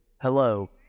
Hello